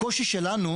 הקושי שלנו